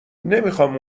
نمیخام